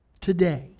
Today